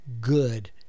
good